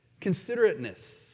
considerateness